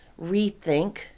rethink